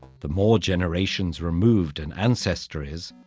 the more generations removed an ancestor is,